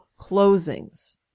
closings